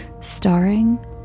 starring